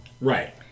right